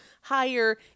higher